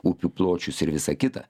upių pločius ir visa kita